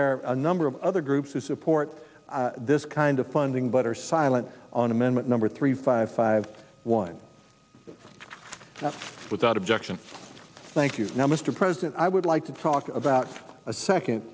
there are a number of other groups who support this kind of funding but are silent on amendment number three five five one without objection thank you now mr president i would like to talk about a second